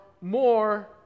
more